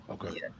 Okay